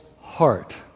heart